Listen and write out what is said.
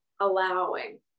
allowing